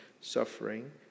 suffering